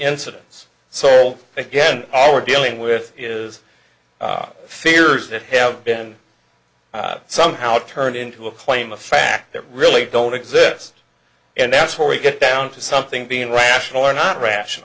incidents so again all we're dealing with is fears that have been somehow turned into a claim of fact that really don't exist and that's where we get down to something being rational or not rational